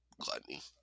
gluttony